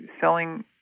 selling